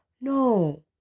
No